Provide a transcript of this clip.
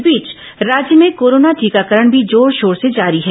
इस बीच राज्य में कोरोना टीकाकरण भी जोरशोर से जारी है